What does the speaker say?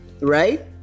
right